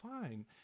fine